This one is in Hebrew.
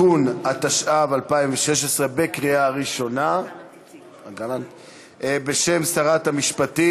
התיקון העיקרי המוצע הוא הוספת פרק מיוחד העוסק בחוזה שכירות למגורים,